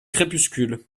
crépuscule